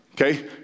Okay